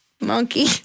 monkey